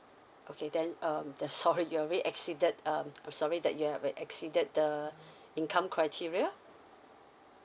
okay then um then sorry you already exceeded um I'm sorry that you have exceeded the income criteria